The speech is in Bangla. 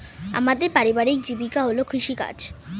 আমাদের পারিবারিক জীবিকা হল কৃষিকাজ